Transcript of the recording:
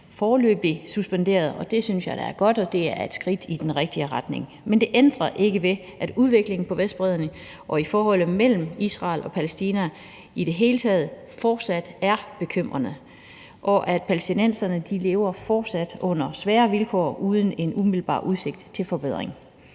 foreløbig suspenderet. Det synes jeg da er godt, og det er et skridt i den rigtige retning. Men det ændrer ikke ved, at udviklingen på Vestbredden og forholdet mellem Israel og Palæstina i det hele taget fortsat er bekymrende, og at palæstinenserne fortsat lever under svære vilkår uden en umiddelbar udsigt til forbedring.